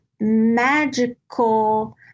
magical